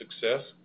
success